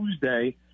Tuesday